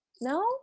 no